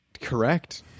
Correct